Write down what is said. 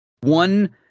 One